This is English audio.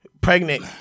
pregnant